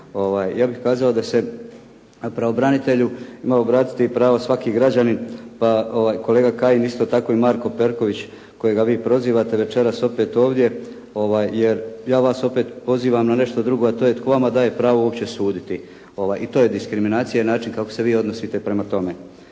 Ja bih kazao da se pravobranitelju ima pravo obratiti svaki građanin pa kolega Kajin isto tako i Marko Perković kojega vi prozivate večeras opet ovdje, jer ja vas opet pozivam na nešto drugo, a to je tko vama daje pravo uopće suditi i to je diskriminacija i način kako se vi odnosite prema tome.